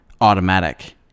automatic